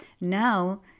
now